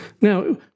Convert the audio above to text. Now